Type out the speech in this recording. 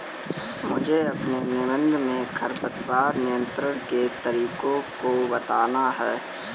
मुझे अपने निबंध में खरपतवार नियंत्रण के तरीकों को बताना है